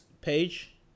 page